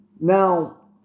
Now